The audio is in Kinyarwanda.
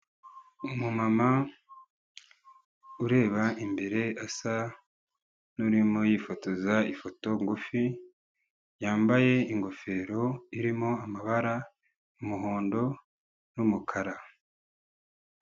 Umu mama ureba imbere asa n'urimo yifotoza ifoto ngufi, yambaye ingofero irimo amabara y'umuhondo n'umukara.